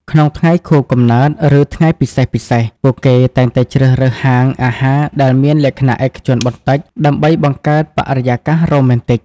ក្នុងថ្ងៃខួបកំណើត ឬថ្ងៃពិសេសៗ ពួកគេតែងតែជ្រើសរើសហាងអាហារដែលមានលក្ខណៈឯកជនបន្តិច ដើម្បីបង្កើតបរិយាកាសរ៉ូមែនទិក។